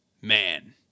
Man